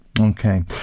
Okay